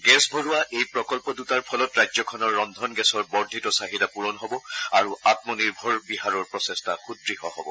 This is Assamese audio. গেছ ভৰোৱা এই প্ৰকল্প দুটাৰ ফলত ৰাজ্যখনৰ ৰদ্ধন গেছৰ বৰ্ধিত চাহিদা পূৰণ হ'ব আৰু আমনিৰ্ভৰ বিহাৰৰ প্ৰচেষ্টা সুদুঢ় হ'ব